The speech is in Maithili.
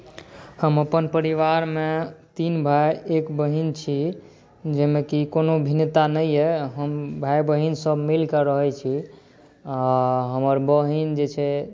हम अपन परिवारमे तीन भाई एक बहिन छी जाहिमे कि कोनो भिन्नता नहि यऽ हम भाई बहिन सभ मिलकऽ रहै छी हमर बहिन जे छै